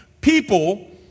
People